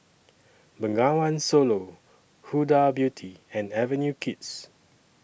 Bengawan Solo Huda Beauty and Avenue Kids